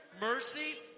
mercy